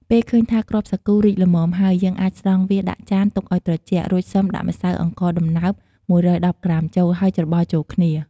ពេលឃើញថា គ្រាប់សាគូរីកល្មមហើយ យើងអាចស្រង់វាដាក់ចាន ទុកឱ្យត្រជាក់ រួចសិមដាក់ម្សៅអង្ករដំណើប ១១០ក្រាមចូល ហើយច្របល់ចូលគ្នា។